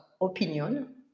opinion